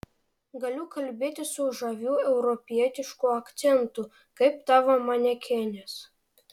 galiu kalbėti su žaviu europietišku akcentu kaip tavo manekenės